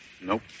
Nope